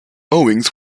owings